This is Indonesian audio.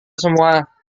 semua